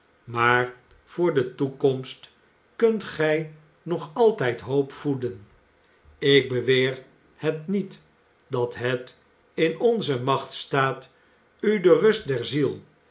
maar voor de toekomst kunt gij nog altijd hoop voeden ik beweer het niet dat het in onze macht staat u de rust der ziel